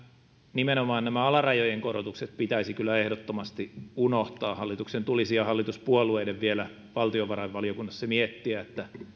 nimenomaan nämä alarajojen korotukset pitäisi kyllä ehdottomasti unohtaa hallituksen ja hallituspuolueiden tulisi vielä valtiovarainvaliokunnassa miettiä